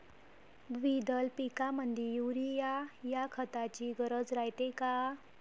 द्विदल पिकामंदी युरीया या खताची गरज रायते का?